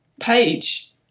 page